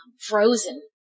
frozen